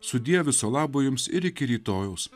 sudie viso labo jums ir iki rytojaus